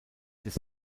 des